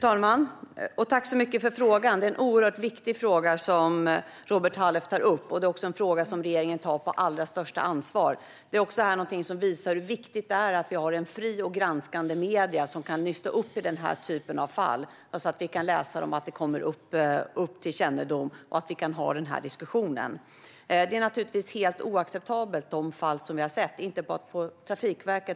Fru talman! Det är en viktig fråga Robert Halef tar upp, och regeringen tar den på största allvar. Detta visar också hur viktigt det är att vi har fria och granskande medier som kan nysta upp denna typ av fall så att sådant här kommer till kännedom och att vi kan ha denna diskussion. Dessa fall är givetvis helt oacceptabla, och det gäller inte bara på Trafikverket.